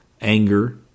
anger